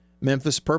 Memphis